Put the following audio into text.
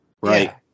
right